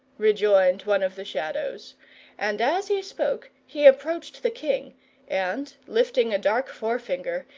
rejoined one of the shadows and as he spoke he approached the king and lifting a dark forefinger,